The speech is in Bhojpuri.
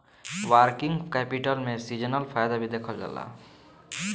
वर्किंग कैपिटल में सीजनल फायदा भी देखल जाला